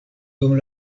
dum